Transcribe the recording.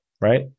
right